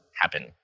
happen